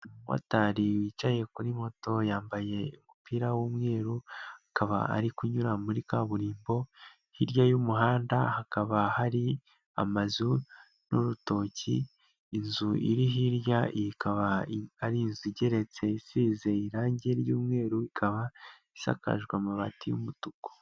Umumotari wicaye kuri moto yambaye umupira w'umweru, akaba ari kunyura muri kaburimbo, hirya y'umuhanda hakaba hari amazu n'urutoki, inzu iri hirya ikaba ariinzu igeretse isize irangi ry'umweru, ikaba isakaje amabati y'umutuku.